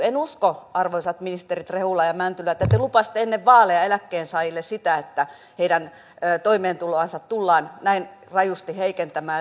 en usko arvoisat ministerit rehula ja mäntylä että te lupasitte ennen vaaleja eläkkeensaajille sitä että heidän toimeentuloansa tullaan näin rajusti heikentämään ja leikkaamaan